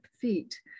feet